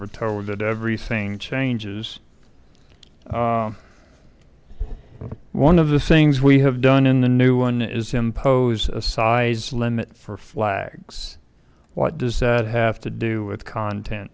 that everything changes one of the things we have done in the new one is impose a size limit for flags what does that have to do with content